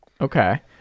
Okay